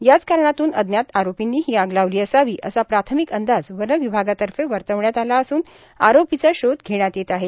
याच कारणातून अज्ञात आरोपिंनी ही आग लावली असावी असा प्राथमिक अंदाज वनविभागातर्फे वर्तवण्यात आला असून आरोपीचा शोध घेण्यात येत आहे